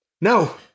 No